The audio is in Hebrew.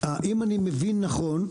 אם אני מבין נכון,